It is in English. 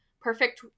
Perfect